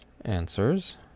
answers